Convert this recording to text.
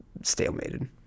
stalemated